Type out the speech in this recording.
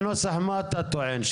טוען?